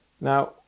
now